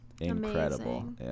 incredible